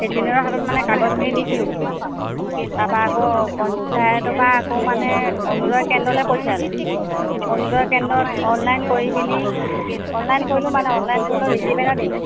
প্ৰেচিডেণ্টৰ হাতত মানে কাগজখিনি দিছিলোঁগৈ তাৰপৰা আকৌ পঞ্চায়তৰপৰা আকৌ মানে অৰুণোদয় কেন্দ্ৰলৈ পঠিয়ালে অৰুণোদয় কেন্দ্ৰত অনলাইন কৰি পিনি অনলাইন কৰিলোঁ মানে অনলাইন কৰিলোঁ ৰিচিপ্ট এটা দিলে